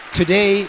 today